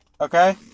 okay